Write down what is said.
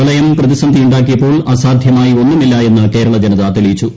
പ്രളയം പ്രതിസന്ധിയുണ്ടാക്കിയപ്പോൾ അസാധ്യമായി ഒന്നുമില്ലയെന്ന് കേരളജനത തെളിയിച്ചു